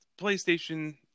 PlayStation